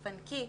תפנקי.